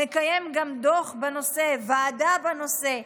נקיים גם דוח בנושא, ועדה בנושא.